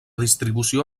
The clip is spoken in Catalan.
distribució